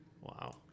wow